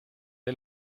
est